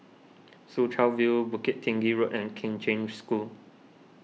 Soo Chow View Bukit Tinggi Road and Kheng Cheng School